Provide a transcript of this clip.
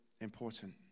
important